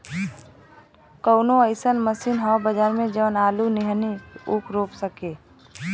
कवनो अइसन मशीन ह बजार में जवन आलू नियनही ऊख रोप सके?